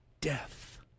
Death